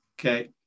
Okay